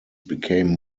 became